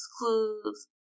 clues